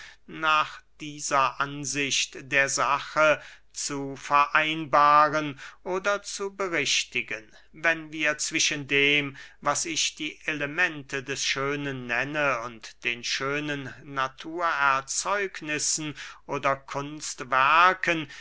nach dieser ansicht der sache zu vereinbaren oder zu berichtigen wenn wir zwischen dem was ich die elemente des schönen nenne und den schönen naturerzeugnissen oder